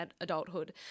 adulthood